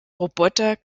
roboter